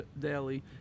daily